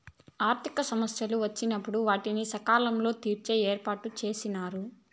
ఆర్థిక సమస్యలు వచ్చినప్పుడు వాటిని సకాలంలో తీర్చే ఏర్పాటుచేశారు